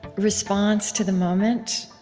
response to the moment.